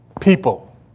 people